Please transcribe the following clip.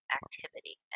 activity